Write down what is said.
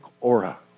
aura